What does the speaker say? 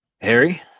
Harry